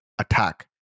attack